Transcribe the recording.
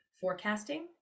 forecasting